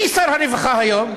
מי שר הרווחה היום?